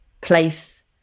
place